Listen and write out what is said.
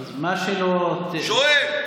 שואל.